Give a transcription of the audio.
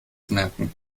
merken